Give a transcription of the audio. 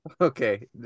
Okay